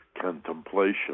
contemplation